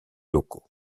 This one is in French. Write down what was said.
locaux